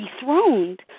dethroned